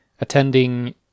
attending